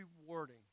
rewarding